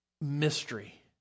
mystery